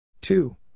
two